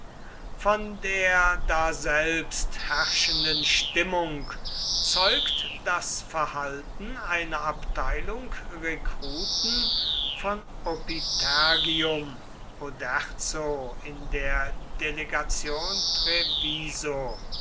von der daselbst herrschenden stimmung zeugt das verhalten einer abteilung rekruten von opitergium oderzo in der delegation